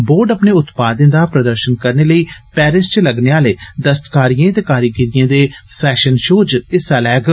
board अपने उत्पादें दा प्रदर्शन करने लेई पेरिस च लग्गने आले दस्तकारिएं ते कारीगिरिएं दे फैशन शौ च हिस्सा लैग